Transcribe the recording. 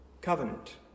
covenant